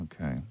okay